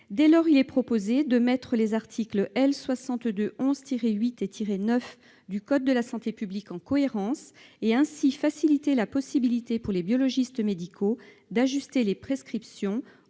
Dès lors, il est proposé de mettre les articles L. 6211-8 et L. 6211-9 du code de la santé publique en cohérence et de faciliter la possibilité pour les biologistes médicaux d'ajuster les prescriptions